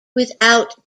without